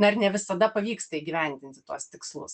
na ir ne visada pavyksta įgyvendinti tuos tikslus